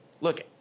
Look